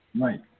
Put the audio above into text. Right